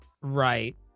right